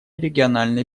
региональной